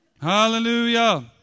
Hallelujah